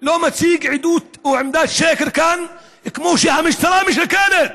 לא מציג עדות או עמדת שקר כאן כמו שהמשטרה משקרת,